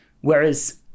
Whereas